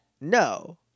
no